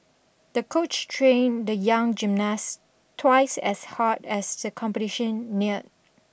the coach trained the young gymnast twice as hard as the competition neared